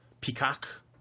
Peacock